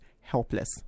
helpless